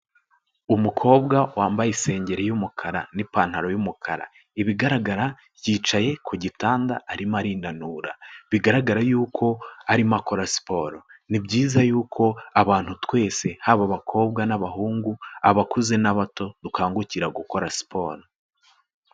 Umukobwa wambaye isengeri y'umukara n'ipantaro y'umukara, ibigaragara yicaye ku gitanda arimo arinanura, bigaragara y'uko arimo akora siporo, ni byiza yuko abantu twese haba abakobwa n'abahungu, abakuze n'abato dukangukira gukora siporo.